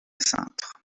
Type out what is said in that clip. cintre